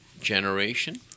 generation